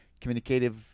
communicative